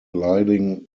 gliding